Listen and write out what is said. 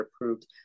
approved